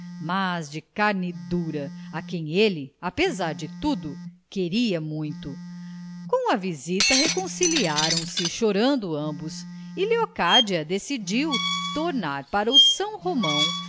mas de carne dura a quem ele apesar de tudo queria muito com a visita reconciliaram se chorando ambos e leocádia decidiu tornar para o são romão